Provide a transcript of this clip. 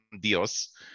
Dios